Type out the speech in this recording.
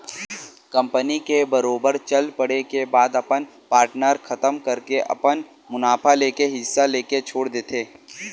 company के बरोबर चल पड़े के बाद अपन पार्टनर खतम करके अपन मुनाफा लेके हिस्सा लेके छोड़ देथे